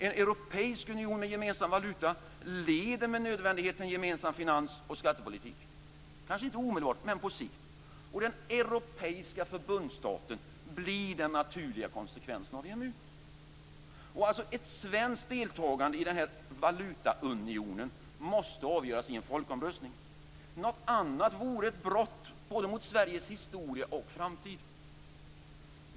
En europeisk union med gemensam valuta leder med nödvändighet till en gemensam finans och skattepolitik - kanske inte omedelbart men på sikt. Den europeiska förbundsstaten blir den naturliga konsekvensen av EMU. Ett svenskt deltagande i den här valutaunionen måste avgöras i en folkomröstning. Något annat vore ett brott både mot Sveriges historia och mot Sveriges framtid.